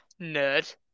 nerd